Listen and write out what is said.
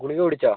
ഗുളിക കുടിച്ചോ